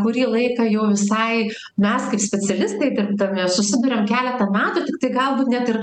kurį laiką jau visai mes kaip specialistai dirbdami susiduriam keletą metų tiktai galbūt net ir